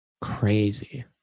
Crazy